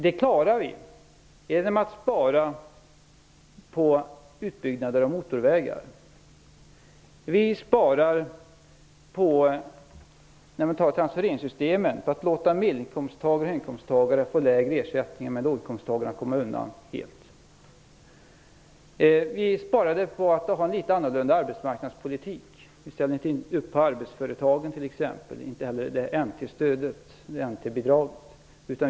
Det klarar vi genom att spara på bl.a. utbyggnader av motorvägar. Vi sparar i transfereringssystemen genom att låta medelinkomsttagare och höginkomsttagare få lägre ersättning, medan låginkomsttagare kommer undan helt. Vi sparar på en litet annorlunda arbetsmarknadspolitik. Vi ställde inte upp på arbetsföretagen t.ex., inte heller NT-bidragen.